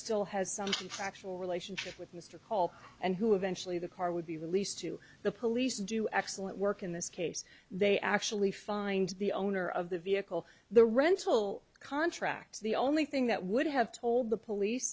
still has some actual relationship with mr cole and who eventually the car would be released to the police do excellent work in this case they actually find the owner of the vehicle the rental contract the only thing that would have told the police